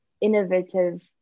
innovative